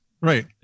Right